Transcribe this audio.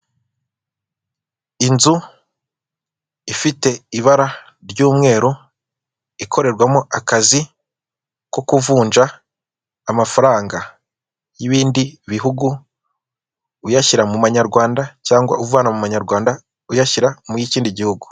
Inzu ifite ibara ry'umweru ikorerwamo akazi ko kuvunja amafaranga yibindi bihugu uyashyira mumanyarwanda cyangwa uvana mumanyarwanda uyashyira muyikindi gihugu.